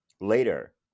Later